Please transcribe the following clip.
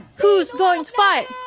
who is going to fight?